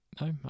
No